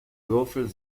würfel